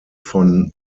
von